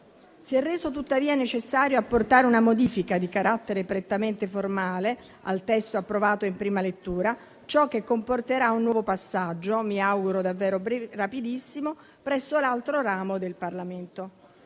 Si è reso, tuttavia, necessario apportare una modifica di carattere prettamente formale al testo approvato in prima lettura, ciò che comporterà un nuovo passaggio - mi auguro davvero rapidissimo - presso l'altro ramo del Parlamento.